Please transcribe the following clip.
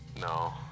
No